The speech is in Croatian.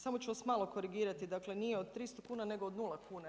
Samo ću vas malo korigirati, dakle nije od 300 kuna, nego od 0 kuna.